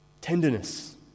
Tenderness